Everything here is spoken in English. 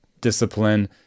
discipline